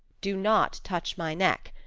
do not touch my neck.